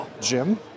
Jim